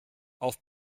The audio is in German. auf